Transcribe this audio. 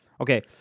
Okay